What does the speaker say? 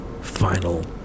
final